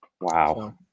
Wow